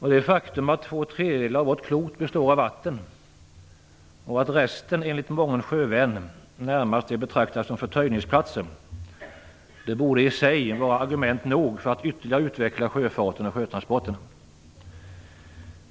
Det faktum att två tredjedelar av vårt klot består av vatten och att resten enligt mången sjövän närmast är att betrakta som förtöjningsplatser borde i sig vara argument nog för att ytterligare utveckla sjöfarten och sjötransporterna.